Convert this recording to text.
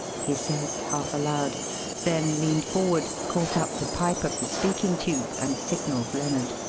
he said, half aloud then leaned forward, caught up the pipe of the speaking tube, and signalled lennard.